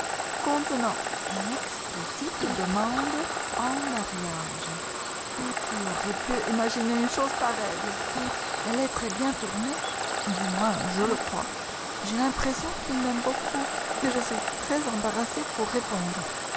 contenant une explicite demande en mariage qui aurait pu imaginer une chose pareille la lettre est bien tournée du moins je le crois j'ai l'impression qu'il m'aime beaucoup et je suis très embarrassée pour répondre